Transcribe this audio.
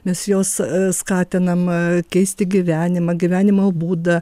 mes juos skatinam keisti gyvenimą gyvenimo būdą